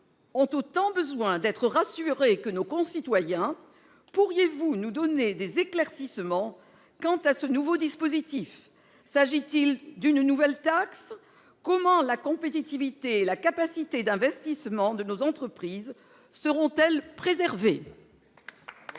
ont autant besoin d'être rassurées que nos concitoyens, pourriez-vous nous donner des éclaircissements sur ce nouveau dispositif ? S'agit-il d'une nouvelle taxe ? Comment la compétitivité et la capacité d'investissement de nos entreprises seront-elles préservées ?